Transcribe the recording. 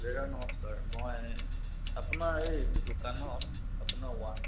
দাদা নমস্কাৰ মই আপোনাৰ এই দোকানত আপোনাৰ ৱান প্লাছ